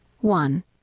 One